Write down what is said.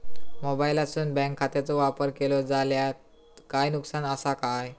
मोबाईलातसून बँक खात्याचो वापर केलो जाल्या काय नुकसान असा काय?